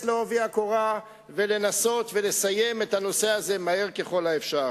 בעובי הקורה לנסות ולסיים את הנושא הזה מהר ככל האפשר.